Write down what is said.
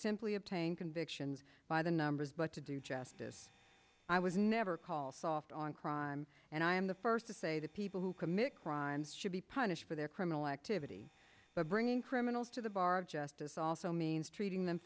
disemployed obtain convictions by the numbers but to do justice i was never called soft on crime and i am the first to say that people who commit crimes should be punished for their criminal activity but bringing criminals to the bar of justice also means treating them